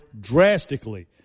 drastically